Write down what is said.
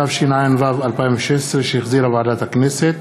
התשע"ו 2016, שהחזירה ועדת הכנסת,